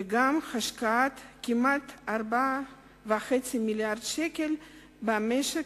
וגם השקעת כמעט 4.5 מיליארדי שקלים במשק